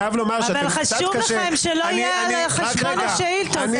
חשוב לכם שלא יהיה על חשבון השאילתות,